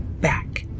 back